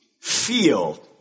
feel